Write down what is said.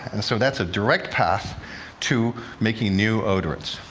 and so that's a direct path to making new odorants.